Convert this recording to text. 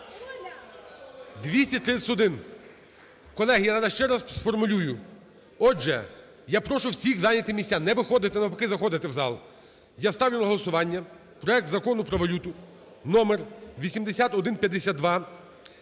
За-231 Колеги, я ще раз сформулюю. Отже, я прошу всіх зайняти місця. Не виходити, а навпаки – заходити у зал. Я ставлю на голосування проект Закону про валюту (№ 8152)